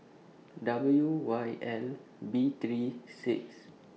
W Y L B three six